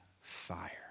fire